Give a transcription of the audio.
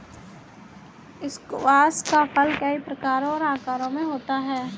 squash का फल कई प्रकारों और आकारों में होता है